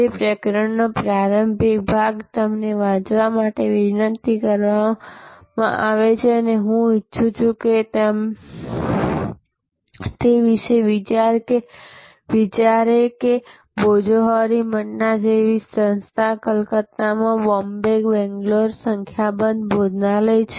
તે પ્રકરણનો પ્રારંભિક ભાગ તમને વાંચવા માટે વિનંતી કરવામાં આવે છે અને હું ઈચ્છું છું કે તે વિશે વિચારે કે ભોજોહરી મન્ના જેવી સંસ્થા કલકત્તામાં બોમ્બે બેંગ્લોરમાં સંખ્યાબંધ ભોજનાલય છે